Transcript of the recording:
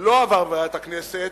לא עבר את ועדת הכנסת,